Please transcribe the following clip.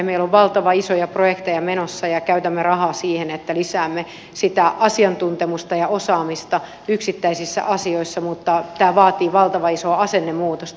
meillä on valtavan isoja projekteja menossa ja käytämme rahaa siihen että lisäämme sitä asiantuntemusta ja osaamista yksittäisissä asioissa mutta tämä vaatii valtavan isoa asennemuutosta